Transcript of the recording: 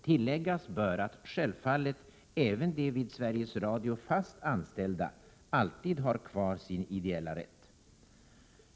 Det bör tilläggas att även de vid Sveriges Radio fast anställda självfallet alltid har kvar sin ideella rätt.